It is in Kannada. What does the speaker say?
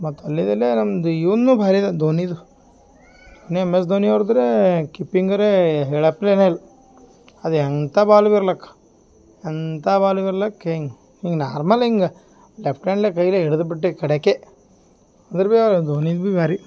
ಮತ್ತು ಅಲ್ಲೆದೆಲ್ಲೇ ನಮ್ದು ಇವನು ಬಾರಿದದ್ ದೋನಿದು ಎಂ ಎಸ್ ಧೋನಿ ಅವ್ರದೆ ಕಿಪ್ಪಿಂಗರೇ ಹೆಳಪ್ರೇ ಇಲ್ಲ ಅದು ಎಂಥ ಬಾಲ್ ಬಿ ಇರ್ಲಕ್ಕೆ ಎಂಥ ಬಾಲ್ ಬಿ ಇರ್ಲಕ್ಕೆ ಹಿಂಗೆ ಹಿಂಗೆ ನಾರ್ಮಲ್ ಹಿಂಗೆ ಲೆಫ್ಟ್ ಹ್ಯಾಂಡ್ಲೆ ಕೈಲೆ ಹಿಡ್ದುಬಿಟ್ಟು ಕಡ್ಯಕ್ಕೆ ಅಂದರೆ ಬಿ ಅವ್ರು ಧೋನಿ ಬಿ ಭಾರಿ